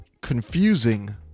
confusing